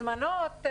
הזמנות,